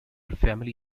family